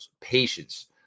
patience